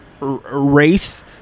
race